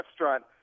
restaurant